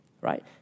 Right